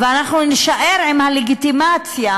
ואנחנו נישאר עם הלגיטימציה